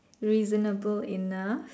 reasonable enough